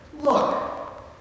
look